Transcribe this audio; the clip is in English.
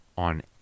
on